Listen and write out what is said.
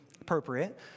appropriate